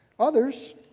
Others